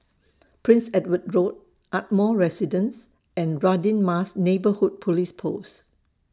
Prince Edward Road Ardmore Residence and Radin Mas Neighbourhood Police Post